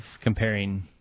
comparing